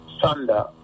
thunder